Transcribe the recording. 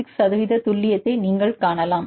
86 சதவீத துல்லியத்தை நீங்கள் காணலாம்